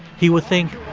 he would think,